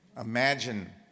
Imagine